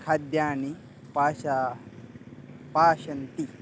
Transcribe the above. खाद्यानि पाषा पचन्ति